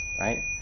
right